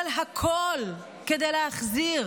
אבל הכול, כדי להחזיר